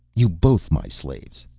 you both my slaves.